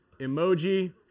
Emoji